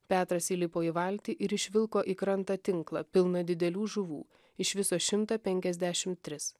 petras įlipo į valtį ir išvilko į krantą tinklą pilną didelių žuvų iš viso šimtą penkiasdešim tris